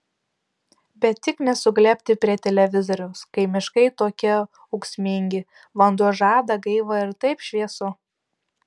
bet tik ne suglebti prie televizoriaus kai miškai tokie ūksmingi vanduo žada gaivą ir taip šviesu